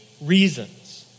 reasons